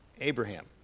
Abraham